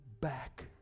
back